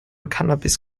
cannabis